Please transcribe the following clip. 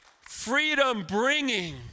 freedom-bringing